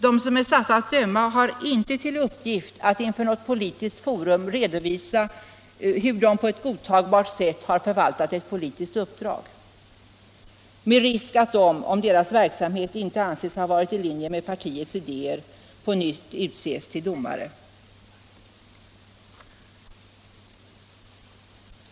De som är satta att döma har inte till uppgift att inför något politiskt forum redovisa hur de på ett godtagbart sätt har förvaltat ett politiskt uppdrag med risk att de, om deras verksamhet inte anses ha varit i linje med partiets idéer, inte på nytt utses till domare.